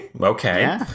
Okay